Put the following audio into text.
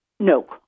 No